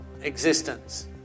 existence